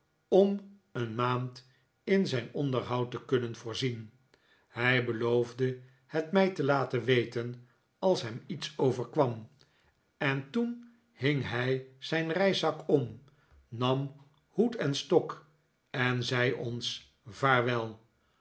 om een maand in zijn onderhoud te kunnen voorzien hij beloofde het mij te laten weten als hem iets overkwam en toen hing hij zijn reiszak om nam hoed en stok en zei ons vaarwel